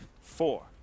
four